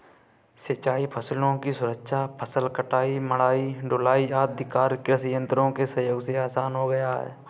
सिंचाई फसलों की सुरक्षा, फसल कटाई, मढ़ाई, ढुलाई आदि कार्य कृषि यन्त्रों के सहयोग से आसान हो गया है